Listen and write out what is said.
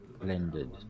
blended